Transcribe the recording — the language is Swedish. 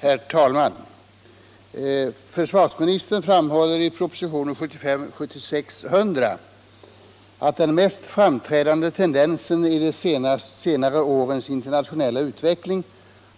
Herr talman! Försvarsministern framhåller i propositionen 1975/76:100 bilaga 6: ”Den dominerande tendensen i de senare årens internationella utveckling